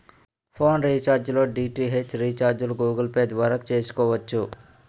phone recharge లో DTH రీఛార్జిలు Google Pay ద్వారా చేసుకోవచ్చు